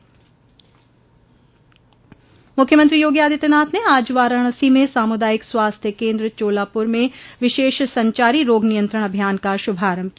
मूख्यमंत्री योगी आदित्यनाथ ने आज वाराणसी में सामुदायिक स्वास्थ्य केन्द्र चोलापुर में विशेष संचारी रोग नियंत्रण अभियान का श्रभारम्भ किया